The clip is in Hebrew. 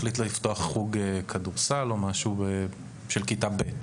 מחליט לפתוח חוג כדורסל של כתה ב'.